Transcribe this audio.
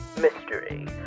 Mystery